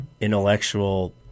intellectual